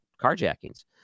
carjackings